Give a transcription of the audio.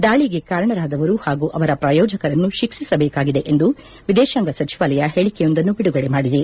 ದಾಳಿಗೆ ಕಾರಣರಾದವರು ಹಾಗೂ ಅವರ ಪ್ರಾಯೋಜಕರನ್ನು ಶಿಕ್ಸಿಸಬೇಕಾಗಿದೆ ಎಂದು ವಿದೇಶಾಂಗ ಸಚಿವಾಲಯ ಹೇಳಿಕೆಯೊಂದನ್ನು ಬಿಡುಗಡೆ ಮಾಡಿದೆ